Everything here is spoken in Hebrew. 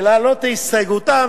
ולהעלות את הסתייגותם,